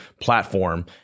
platform